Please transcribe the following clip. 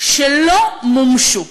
ולא מומשו.